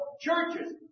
churches